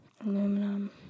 Aluminum